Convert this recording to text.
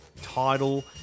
title